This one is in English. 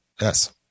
Yes